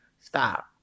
stop